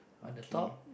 okay